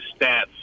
stats